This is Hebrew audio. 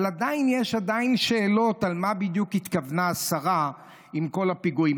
אבל עדיין יש שאלות למה בדיוק התכוונה השרה עם כל הפיגועים.